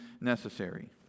necessary